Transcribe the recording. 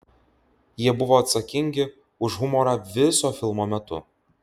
jie buvo atsakingi už humorą viso filmo metu